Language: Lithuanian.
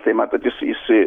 tai matot jis jisai